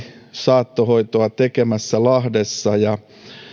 saattohoitoa tekemässä lahdessa ja